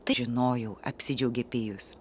tai žinojau apsidžiaugė pijus